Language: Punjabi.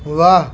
ਵਾਹ